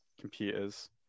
computers